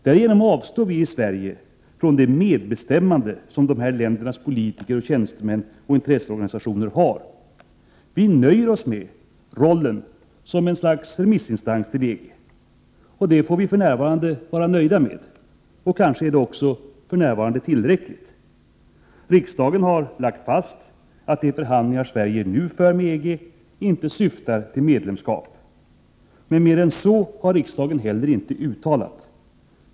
Därigenom avstår vi i Sverige från det medbestämmande som dessa länders politiker, tjänstemän och intresseorganisationer har. Vi nöjer oss med rollen som ett slags remissinstans till EG. Detta får vi alltså för närvarande vara nöjda med — och kanske är det också för närvarande tillräckligt. Riksdagen har lagt fast att de förhandlingar Sverige nu för med EG inte syftar till medlemskap. Men mer än så har riksdagen inte heller uttalat.